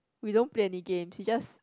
we don't play any game she just